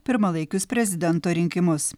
pirmalaikius prezidento rinkimus